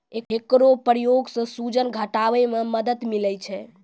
एकरो प्रयोग सें सूजन घटावै म मदद मिलै छै